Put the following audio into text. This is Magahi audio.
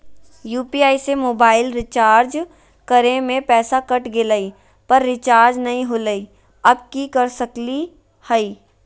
यू.पी.आई से मोबाईल रिचार्ज करे में पैसा कट गेलई, पर रिचार्ज नई होलई, अब की कर सकली हई?